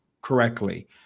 correctly